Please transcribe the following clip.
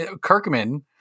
Kirkman